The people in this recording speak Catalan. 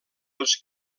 els